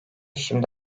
şimdi